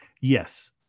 Yes